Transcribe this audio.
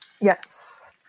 Yes